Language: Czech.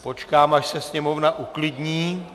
Počkám, až se sněmovna uklidní.